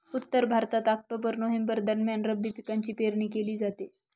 उत्तर भारतात October November दरम्यान रब्बी पिकांची पेरणी केली जाते